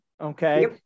okay